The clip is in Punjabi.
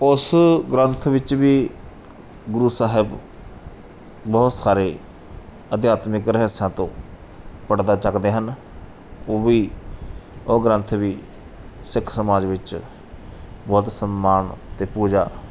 ਉਸ ਗ੍ਰੰਥ ਵਿੱਚ ਵੀ ਗੁਰੂ ਸਾਹਿਬ ਬਹੁਤ ਸਾਰੇ ਅਧਿਆਤਮਿਕ ਰਹੱਸਾਂ ਤੋਂ ਪੜਦਾ ਚੁੱਕਦੇ ਹਨ ਉਹ ਵੀ ਉਹ ਗ੍ਰੰਥ ਵੀ ਸਿੱਖ ਸਮਾਜ ਵਿੱਚ ਬਹੁਤ ਸਨਮਾਨ ਅਤੇ ਪੂਜਾ